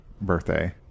birthday